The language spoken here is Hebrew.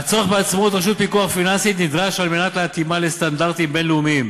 עצמאות רשות פיקוח פיננסי נדרשת על מנת להתאימה לסטנדרטים בין-לאומיים